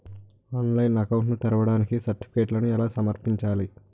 ఆన్లైన్లో అకౌంట్ ని తెరవడానికి సర్టిఫికెట్లను ఎలా సమర్పించాలి?